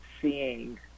seeing